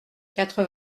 quatre